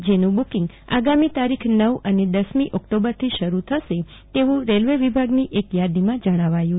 જેવું બુકિંગ આગામી તારીખ નવ અને દસમી ઓકટોબરથી શરુ થશે તેવું રેલ્વે વિભાગ એક યાદીમાં જણાવ્યું છે